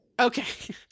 okay